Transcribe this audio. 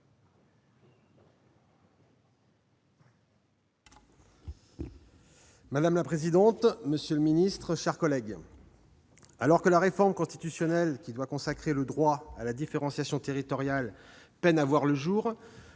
Madame la présidente, monsieur le secrétaire d'État, mes chers collègues, alors que la réforme constitutionnelle, qui doit consacrer le droit à la différenciation territoriale, peine à voir le jour,